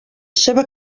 seva